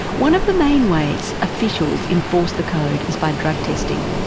one of the main ways officials enforce the code is by drug testing.